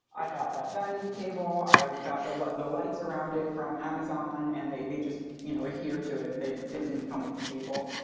i got that vanity table, i got the the lights around it from amazon and they they just you know, adhere to it. it didn't come with the table.